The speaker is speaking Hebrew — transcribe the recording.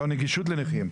לא תהיה נגישות לנכים.